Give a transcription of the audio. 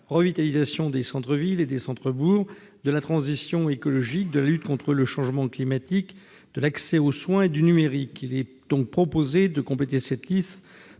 revitalisation des centres-villes et des centres-bourgs, de la transition écologique, de la lutte contre le changement climatique, de l'accès aux soins et du numérique. Il est proposé de compléter cette liste